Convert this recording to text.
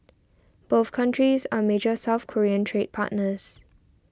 both countries are major South Korean trade partners